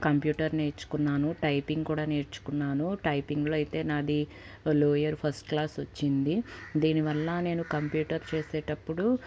computer నేర్చుకున్నాను typing కూడ నేర్చుకున్నాను టైపింగ్లో అయితే నాది లోయర్ ఫస్ట్ క్లాస్ వచ్చింది దీని వల్ల నేను కంప్యూటర్ చేసేటప్పుడు